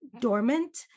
dormant